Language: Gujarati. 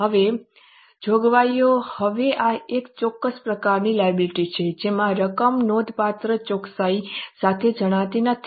હવે જોગવાઈઓ હવે આ એક ચોક્કસ પ્રકારની લાયબિલિટી છે જેમાં રકમ નોંધપાત્ર ચોકસાઈ સાથે જાણીતી નથી